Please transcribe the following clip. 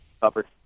covered